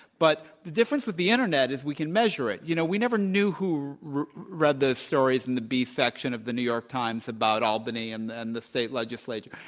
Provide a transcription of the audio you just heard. but the difference with the internet is we can measure it. you know, we never knew who read the stories in the b section of the new york times about albany and and the state legislature.